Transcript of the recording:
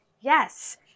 yes